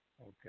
Okay